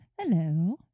Hello